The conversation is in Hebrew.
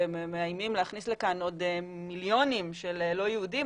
שמאיימים להכניס לכאן עוד מיליונים של לא יהודים.